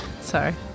Sorry